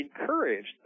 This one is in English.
encouraged